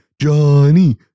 Johnny